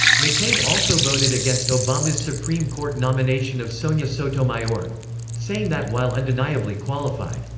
mccain also voted against obama's supreme court nomination of sonia sotomayor saying that while undeniably qualified,